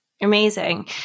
Amazing